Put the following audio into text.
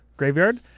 graveyard